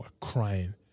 crying